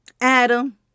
adam